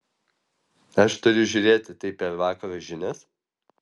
aš turiu žiūrėti tai per vakaro žinias